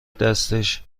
دستش